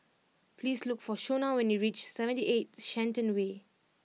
please look for Shonna when you reach Seventy Eight Shenton Way